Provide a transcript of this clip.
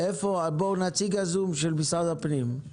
נציג משרד הפנים בזום,